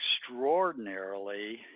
extraordinarily